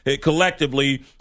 collectively